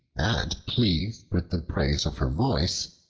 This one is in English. and pleased with the praise of her voice,